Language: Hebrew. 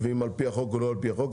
ואם על פי החוק או לא על פי החוק.